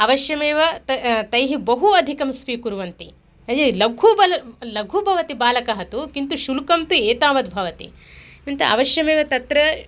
अवश्यमेव ते तैः बहु अधिकं स्वीकुर्वन्ति अयि लघुबालः लघुः भवति बालकः तु किन्तु शुल्कं तु एतावद् भवति किन्तु अवश्यमेव तत्र